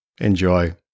Enjoy